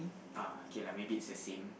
uh okay lah maybe it's the same